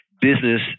business